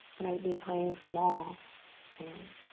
might be playing small in.